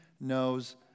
knows